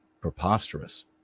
Preposterous